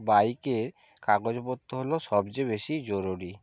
বাইকের কাগজপত্র হলো সবচেয়ে বেশি জরুরি